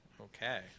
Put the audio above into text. Okay